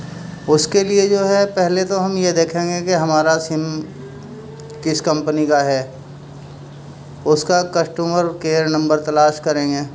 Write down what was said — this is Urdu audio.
اس کے لیے جو ہے پہلے تو ہم یہ دیکھیں گے کہ ہمارا سم کس کمپنی کا ہے اس کا کسٹمر کیئر نمبر تلاش کریں گے